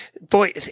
Boy